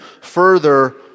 further